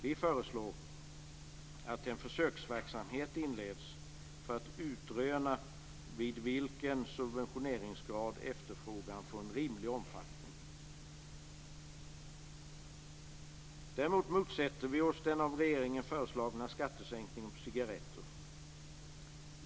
Vi föreslår att en försöksverksamhet inleds för att utröna vid vilken subventioneringsgrad efterfrågan får en rimlig omfattning. Däremot motsätter vi oss den av regeringen föreslagna skattesänkningen på cigaretter.